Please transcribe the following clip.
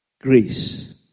Grace